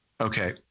Okay